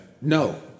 No